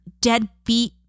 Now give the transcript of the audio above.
deadbeat